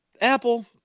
Apple